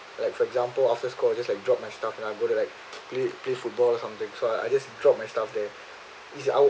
like for example after school I'll just like drop my stuff and I'm going to like play play football or something so I just drop my stuff there is I